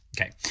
Okay